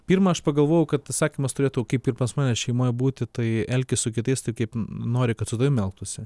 pirma aš pagalvojau kad įsakymas turėtų kaip ir pas mane šeimoj būti tai elkis su kitais taip kaip nori kad su tavim elgtųsi